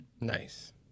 Nice